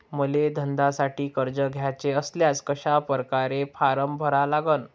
मले धंद्यासाठी कर्ज घ्याचे असल्यास कशा परकारे फारम भरा लागन?